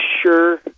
sure